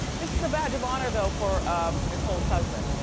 this is a badge of honor though for nicole's husband.